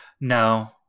No